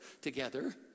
together